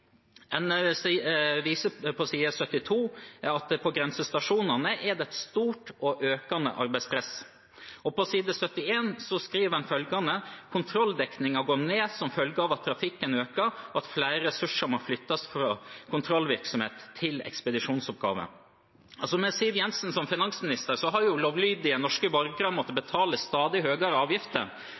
på side 72 til at det på grensestasjonene er et stort og økende arbeidspress. På side 71 skriver de at «kontrolldekninga går ned som følgje av at trafikken aukar, og at fleire ressursar må flyttast frå kontrollverksemd til ekspedisjonsoppgåver». Med Siv Jensen som finansminister har lovlydige norske borgere måttet betale stadig høyere avgifter,